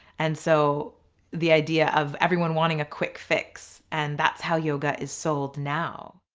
and so the idea of everyone wanting a quick fix. and that's how yoga is sold now.